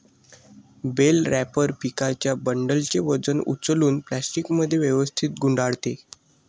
bell wrapper पिकांच्या बंडलचे वजन उचलून प्लास्टिकमध्ये व्यवस्थित गुंडाळते